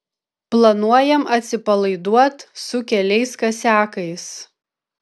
planuojam atsipalaiduot su keliais kasiakais